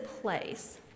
place